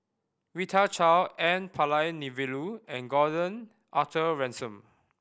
Rita Chao N Palanivelu and Gordon Arthur Ransome